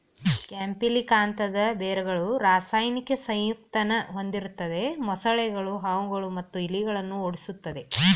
ಕ್ಯಾಂಪಿಲಿಕಾಂತದ್ ಬೇರ್ಗಳು ರಾಸಾಯನಿಕ ಸಂಯುಕ್ತನ ಹೊಂದಿರ್ತದೆ ಮೊಸಳೆಗಳು ಹಾವುಗಳು ಮತ್ತು ಇಲಿಗಳನ್ನ ಓಡಿಸ್ತದೆ